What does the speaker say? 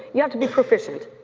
you have to be proficient.